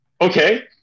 Okay